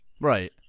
Right